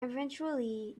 eventually